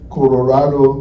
Colorado